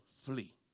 flee